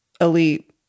elite